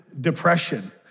depression